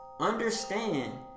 understand